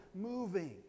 moving